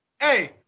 Hey